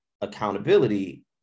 accountability